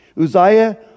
Uzziah